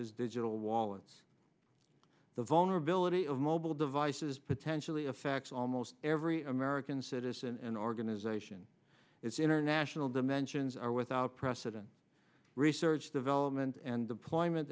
as digital wallets the vulnerability of mobile devices potentially affects almost every american citizen an organization its international dimensions are without precedent research development and deployment